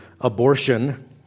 abortion